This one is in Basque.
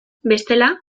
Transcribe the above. bestela